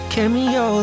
Cameo